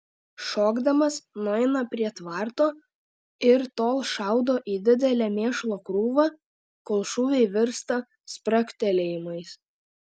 šokdamas nueina prie tvarto ir tol šaudo į didelę mėšlo krūvą kol šūviai virsta spragtelėjimais